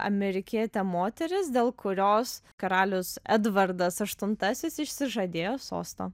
amerikietė moteris dėl kurios karalius edvardas aštuntasis išsižadėjo sosto